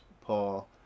Paul